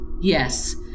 Yes